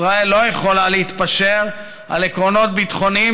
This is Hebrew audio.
ישראל לא יכולה להתפשר על עקרונות ביטחוניים